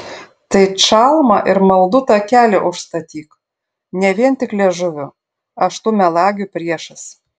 tai čalmą ir maldų takelį užstatyk ne vien tik liežuviu aš tų melagių priešas